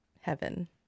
Heaven